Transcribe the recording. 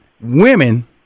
women